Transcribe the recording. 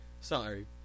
Sorry